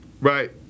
Right